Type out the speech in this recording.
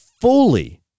Fully